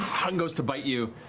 and goes to bite you,